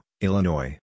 Illinois